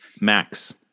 Max